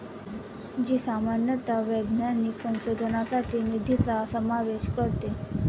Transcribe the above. जी सामान्यतः वैज्ञानिक संशोधनासाठी निधीचा समावेश करते